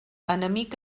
enemic